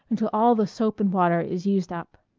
until all the soap and water is used up.